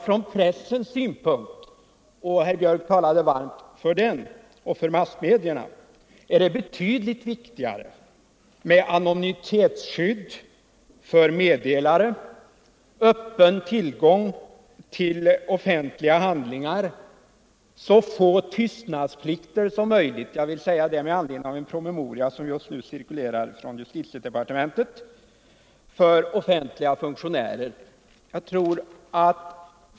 Från pressens synpunkt — och herr Björck talade varmt för massmedierna — är det betydligt viktigare med anonymitetsskydd för meddelare, öppen tillgång till offentliga handlingar, tystnadsplikt i så få fall som möjligt för offentliga funktionärer. Detta vill jag säga med anledning av en promemoria från justitiedepartementet som just nu cirkulerar.